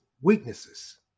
weaknesses